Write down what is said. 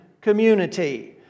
community